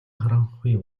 харанхуй